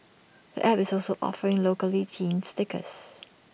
the app is also offering locally themed stickers